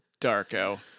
Darko